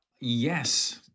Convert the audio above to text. Yes